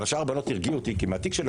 ושאר הבנות הרגיעו אותי כי מהתיק שלה